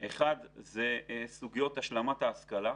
אחד זה סוגיות השלמת ההשכלה.